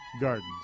Gardens